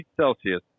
Celsius